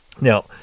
Now